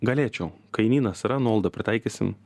galėčiau kainynas yra nuolaida pritaikysim